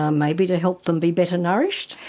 um maybe to help them be better nourished.